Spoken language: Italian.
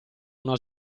una